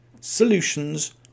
Solutions